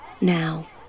now